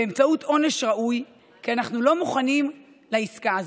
באמצעות עונש ראוי, כי אנחנו לא מוכנים לעסקה הזו.